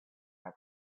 have